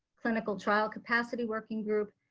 clinical trial capacity working group,